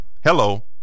Hello